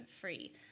free